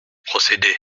procédé